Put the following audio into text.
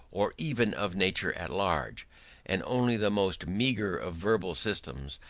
or even of nature at large and only the most meagre of verbal systems,